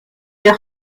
leur